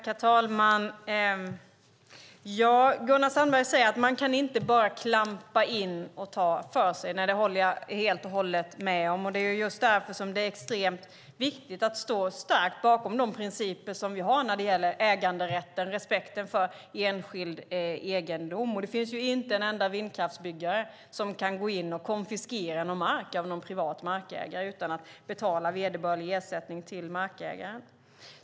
Herr talman! Gunnar Sandberg säger att man inte bara kan klampa in och ta för sig. Nej, det håller jag helt och hållet med om. Det är just därför som det är extremt viktigt att stå starka bakom de principer som vi har när det gäller äganderätten och respekten för enskild egendom. Det finns inte en enda vindkraftsbyggare som kan gå in och konfiskera mark av en privat markägare utan att betala vederbörlig ersättning till markägaren.